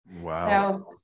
Wow